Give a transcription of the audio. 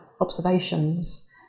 observations